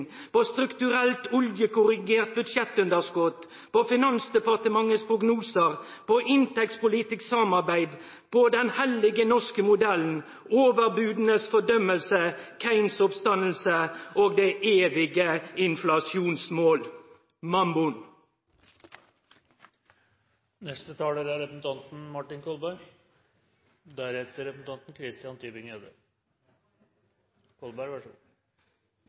På strukturelt, oljekorrigerte budsjettunderskudd På Finansdepartementets prognoser På inntektspolitisk samarbeid På den hellige norske modellen Overbudenes fordømmelse Keynes oppstandelse Og det evige inflasjonsmål Mammon» Det som representanten